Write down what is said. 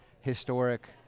historic